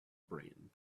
brain